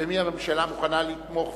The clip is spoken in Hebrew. במי הממשלה מוכנה לתמוך ולא,